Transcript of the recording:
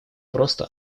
просто